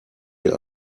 dir